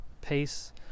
pace